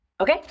Okay